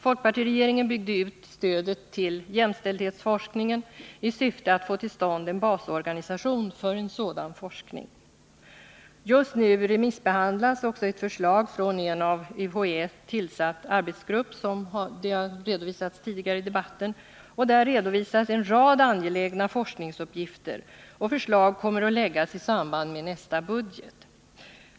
Folkpartiregeringen byggde ut stödet till jämställdhetsforskningen i syfte att få till stånd en basorganisation för sådan forskning. Just nu remissbehandlas också ett förslag från en av UHÄ tillsatt arbetsgrupp. Den har omnämnts tidigare i debatten. Arbetsgruppen har redovisat en rad angelägna forskningsuppgifter, och förslag kommer att framläggas i samband med nästa budget.